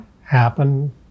happen